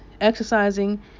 exercising